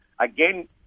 Again